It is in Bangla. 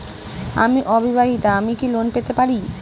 আমি অবিবাহিতা আমি কি লোন পেতে পারি?